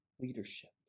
leadership